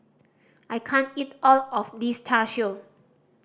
I can't eat all of this Char Siu